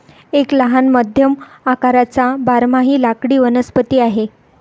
एक लहान मध्यम आकाराचा बारमाही लाकडी वनस्पती आहे